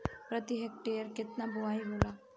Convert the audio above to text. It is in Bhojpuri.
प्रति हेक्टेयर केतना बुआई होला?